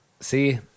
See